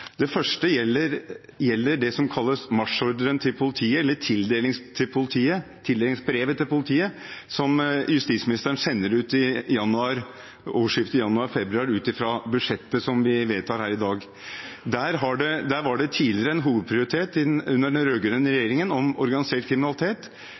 Det første gjelder det som kalles marsjordren til politiet, eller tildelingsbrevet til politiet, som justisministeren sender ut ved årsskiftet, i januar/februar, ut fra budsjettet vi vedtar her i dag. Tidligere, under den